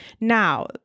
Now